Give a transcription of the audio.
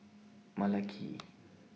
Malaki